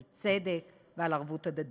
על צדק ועל ערבות הדדית.